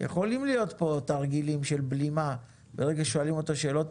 יכולים להיות פה תרגילים של בלימה ברגע ששואלים אותו שאלות.